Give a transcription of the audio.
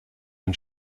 den